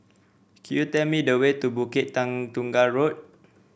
could you tell me the way to Bukit Tunggal Road